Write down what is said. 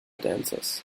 dancers